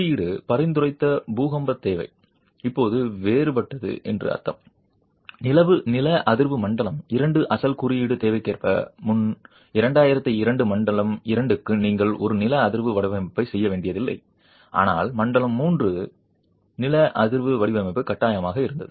குறியீடு பரிந்துரைத்த பூகம்ப தேவை இப்போது வேறுபட்டது என்று அர்த்தம் நில அதிர்வு மண்டலம் 2 அசல் குறியீடு தேவைக்கேற்ப முன் 2002 மண்டலம் 2 க்கு நீங்கள் ஒரு நில அதிர்வு வடிவமைப்பு செய்ய வேண்டியதில்லை ஆனால் மண்டலம் 3 நில அதிர்வு வடிவமைப்பு கட்டாயமாக இருந்தது